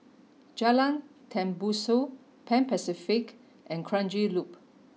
Jalan Tembusu Pan Pacific and Kranji Loop